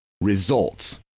results